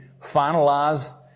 finalize